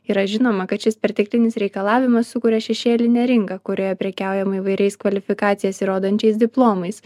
yra žinoma kad šis perteklinis reikalavimas sukuria šešėlinę rinką kurioje prekiaujama įvairiais kvalifikacijas įrodančiais diplomais